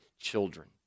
children